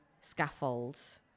scaffolds